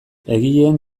egileen